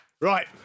Right